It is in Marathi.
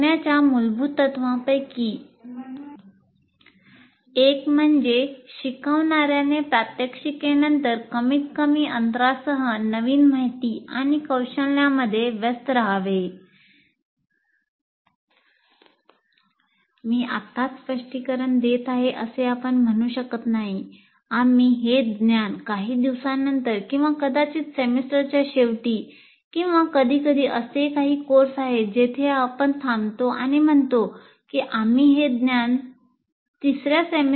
शिकण्याच्या मूलभूत तत्त्वांपैकी एक म्हणजे शिकवणार्याने प्रात्यक्षिकेनंतर कमीतकमी अंतरासह नवीन माहिती आणि कौशल्यांमध्ये व्यस्त रहावे